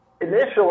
initially